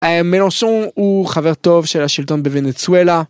מלוסון הוא חבר טוב של השלטון בוונצואלה.